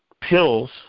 pills